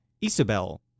Isabel